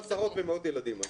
נדבקו עשרות ומאות ילדים.